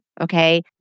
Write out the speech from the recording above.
okay